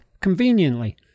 conveniently